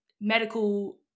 medical